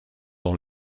dans